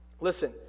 Listen